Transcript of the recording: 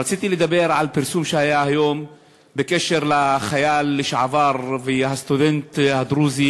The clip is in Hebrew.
רציתי לדבר על פרסום שהיה היום בקשר לחייל לשעבר והסטודנט הדרוזי,